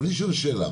אבל אני שואל שאלה,